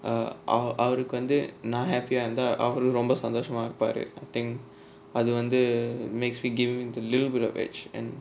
uh அவருக்கு வந்து நா:avarukku vanthu naa happy ah இருந்தா அவரும் ரொம்ப சந்தோஷமா இருப்பாரு:irunthaa avarum romba santhoshamaa iruppaaru I think அது வந்து:athu vanthu makes me little bits of edge and